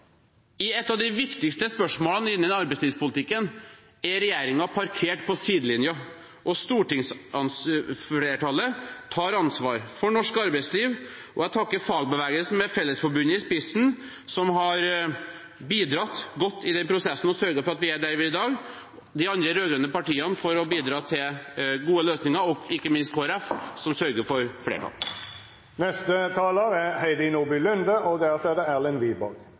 I et av de viktigste spørsmålene innen arbeidslivspolitikken er regjeringen parkert på sidelinja, og stortingsflertallet tar ansvar for norsk arbeidsliv. Jeg takker fagbevegelsen, med Fellesforbundet i spissen, som har bidratt godt i den prosessen og sørget for at vi er der vi er i dag, de andre rød-grønne partiene for å bidra til gode løsninger og ikke minst Kristelig Folkeparti, som sørger for flertall.